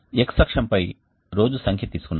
X అక్షం పై రోజు సంఖ్య తీసుకున్నాం